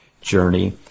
journey